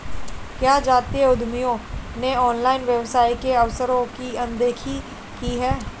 क्या जातीय उद्यमियों ने ऑनलाइन व्यवसाय के अवसरों की अनदेखी की है?